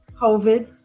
COVID